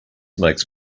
makes